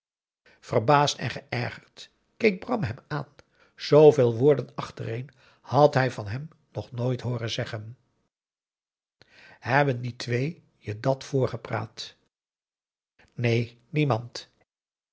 verbaasd en geërgerd keek bram hem aan zooveel woorden achtereen had hij hem nog nooit hooren zeggen hebben die twee je dat voorgepraat neen niemand